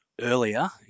earlier